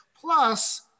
Plus